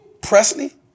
Presley